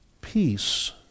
peace